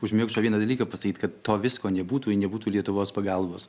užmiršo vieną dalyką pasakyti kad to visko nebūtų jei nebūtų lietuvos pagalbos